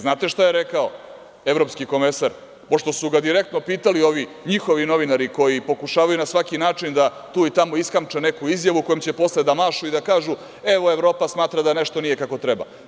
Znate šta je rekao evropski komesar, pošto su ga direktno pitali ovi njihovi novinari koji pokušavaju na svaki način da tu i tamo iskamče neku izjavu, kojom će posle da mašu i da kažu – evo, Evropa smatra da nešto nije kako treba?